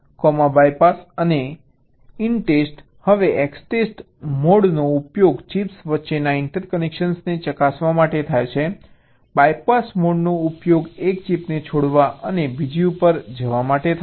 EXTEST BYPASS અને INTEST હવે EXTEST મોડનો ઉપયોગ ચિપ્સ વચ્ચેના ઇન્ટરકનેક્શનને ચકાસવા માટે થાય છે BYPASS મોડનો ઉપયોગ એક ચિપને છોડવા અને બીજી ઉપર જવા માટે થાય છે